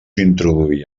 introduir